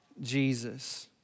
Jesus